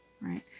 right